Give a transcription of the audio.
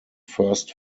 first